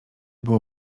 było